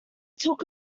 took